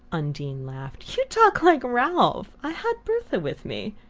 undine laughed. you talk like ralph! i had bertha with me.